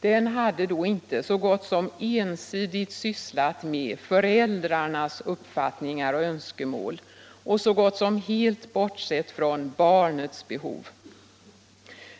Den hade då inte så gott som ensidigt sysslat med föräldrarnas uppfattningar och önskemål och så gott som helt bortsett från barnets behov.